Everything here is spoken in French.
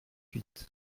huit